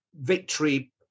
victory